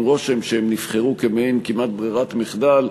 רושם שהם נבחרו כמעין כמעט ברירת מחדל,